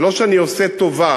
זה לא שאני עושה טובה,